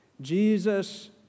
Jesus